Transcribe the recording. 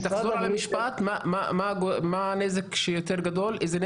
תחזור על המשפט, איזה נזק יותר גדול?